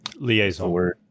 Liaison